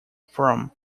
from